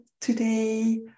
today